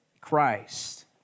Christ